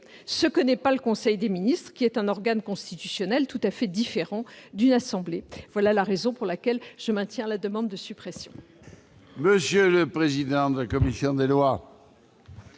ce que n'est pas le conseil des ministres, qui est un organe constitutionnel tout à fait différent. Telle est la raison pour laquelle je maintiens la demande de suppression